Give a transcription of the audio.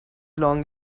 long